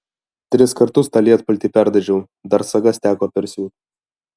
tris kartus tą lietpaltį perdažiau dar sagas teko persiūt